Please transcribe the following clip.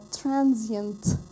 transient